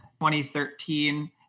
2013